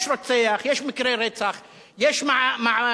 יש רוצח, יש מקרה רצח, יש מז"פים,